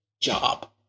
job